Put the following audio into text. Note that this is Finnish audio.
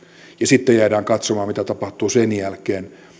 ja sitten jäädään katsomaan mitä tapahtuu sen jälkeen